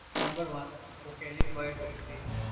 number one, vocally by docsie,